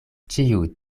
ĉiu